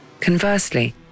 Conversely